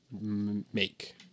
make